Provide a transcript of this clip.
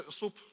soup